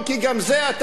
ושנינו יודעים,